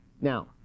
Now